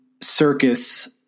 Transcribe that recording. circus